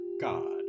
God